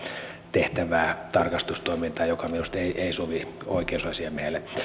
tehtävää tarkastustoimintaa joka minusta ei ei sovi oikeusasiamiehelle